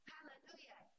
Hallelujah